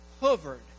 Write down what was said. hovered